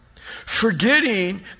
Forgetting